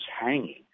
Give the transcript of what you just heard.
hanging